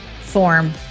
form